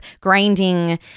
grinding